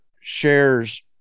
shares